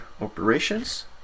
Operations